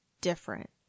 different